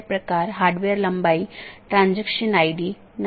यह एक प्रकार की नीति है कि मैं अनुमति नहीं दूंगा